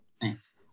Thanks